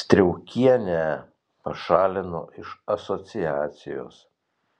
striaukienę pašalino iš asociacijos